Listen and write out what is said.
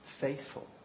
faithful